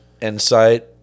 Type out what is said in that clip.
insight